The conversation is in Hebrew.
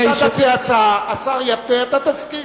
אתה תציע הצעה, השר יתנה, אתה תסכים.